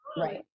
right